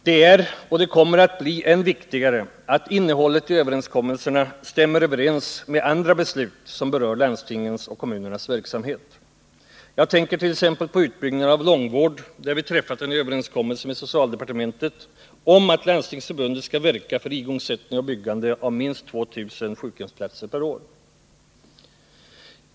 Det är viktigt, och det kommer att bli än viktigare, att innehållet i överenskommelserna stämmer överens med andra beslut som berör landstingens och kommunernas verksamhet. Jag tänker t.ex. på utbyggnaden av långvården, där vi träffat en överenskommelse med socialdepartementet om att Landstingsförbundet skall verka för igångsättning av byggande av minst 2000 vårdplatser per år.